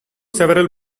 several